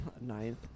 ninth